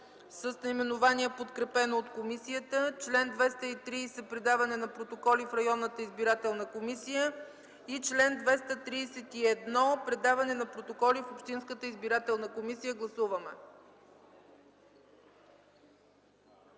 с наименование подкрепено от комисията, чл. 230 – „Предаване на протоколи в районната избирателна комисия” и чл. 231 – „Предаване на протоколи в общинската избирателна комисия”. Гласували